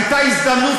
הייתה הזדמנות